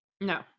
No